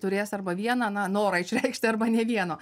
turės arba vieną na norą išreikšti arba nė vieno